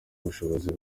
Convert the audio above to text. ubushobozi